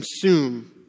consume